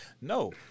no